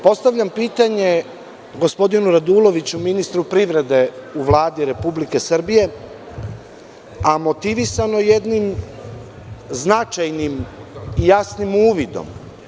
Postavljam pitanje gospodinu Raduloviću, ministru privrede u Vladi Republike Srbije, a motivisano jednim značajnim i jasnim uvidom.